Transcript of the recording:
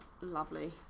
lovely